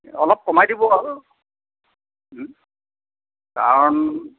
অলপ কমাই দিব আৰু কাৰণ